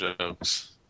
jokes